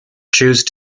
chose